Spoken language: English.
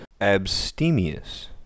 abstemious